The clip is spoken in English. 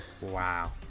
Wow